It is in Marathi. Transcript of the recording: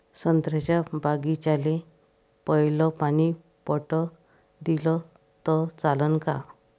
संत्र्याच्या बागीचाले पयलं पानी पट दिलं त चालन का?